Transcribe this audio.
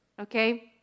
Okay